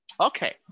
Okay